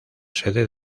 sede